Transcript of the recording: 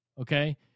okay